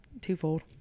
twofold